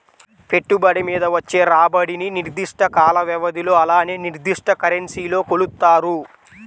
పెట్టుబడి మీద వచ్చే రాబడిని నిర్దిష్ట కాల వ్యవధిలో అలానే నిర్దిష్ట కరెన్సీలో కొలుత్తారు